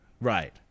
Right